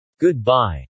Goodbye